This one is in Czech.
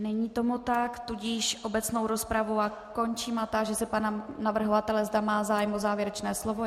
Není tomu tak, tudíž obecnou rozpravu končím a táži se pana navrhovatele, zda má zájem o závěrečné slovo.